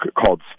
called